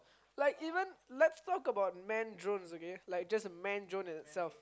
like even let's talk about man drones okay just man drones itself